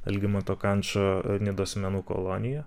algimanto kančo nidos menų kolonija